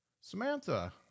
Samantha